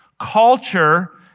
culture